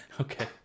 Okay